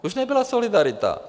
To už nebyla solidarita.